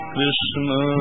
Krishna